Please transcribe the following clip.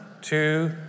two